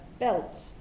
Belts